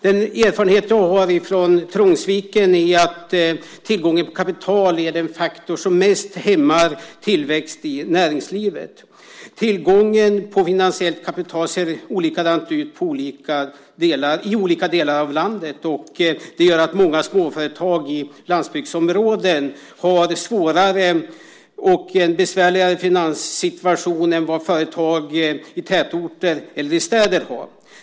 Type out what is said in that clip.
Den erfarenhet som jag har från Trångsviken är att bristande tillgång på kapital är den faktor som mest hämmar tillväxt i näringslivet. Tillgången på finansiellt kapital ser olika ut i olika delar av landet. Det gör att många småföretag i landsbygdsområden har en svårare och besvärligare finanssituation än vad företag i tätorter eller i städer har.